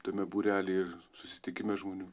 tame būrelyje ir susitikime žmonių